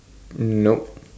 nope